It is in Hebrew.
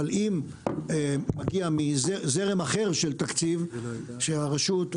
אבל אם מגיע זרם אחר של תקציב שהרשות,